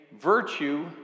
Virtue